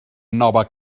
nova